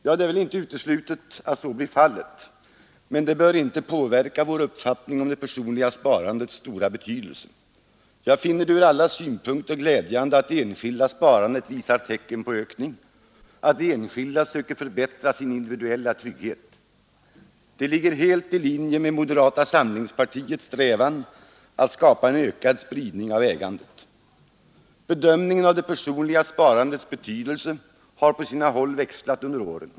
Ja, det är väl inte uteslutet att så blir fallet, men det bör inte påverka vår uppfattning om det personliga sparandets stora betydelse. Jag finner det ur alla synpunkter glädjande att det enskilda sparandet visar tecken på ökning; att de enskilda söker förbättra sin individuella trygghet. Det ligger helt i linje med moderata samlingspartiets strävan att skapa en ökad spridning av ägandet. Bedömningen av det personliga sparandets betydelse har på sina håll växlat under åren.